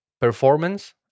performance